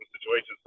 situations